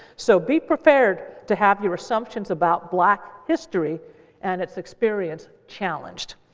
so be prepared to have your assumptions about black history and its experience, challenged.